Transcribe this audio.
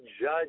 judge